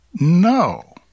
No